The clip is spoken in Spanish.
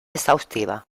exhaustiva